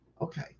Okay